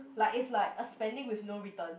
like it's like a spending with no return